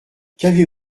qu’avez